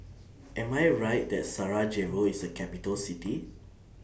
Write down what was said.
Am I Right that Sarajevo IS A Capital City